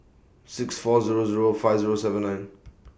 six four Zero Zero five Zero seven nine